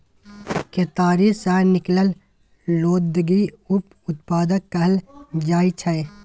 केतारी सँ निकलल लुगदी उप उत्पाद कहल जाइ छै